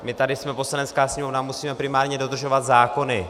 My tady jsme Poslanecká sněmovna, musíme primárně dodržovat zákony.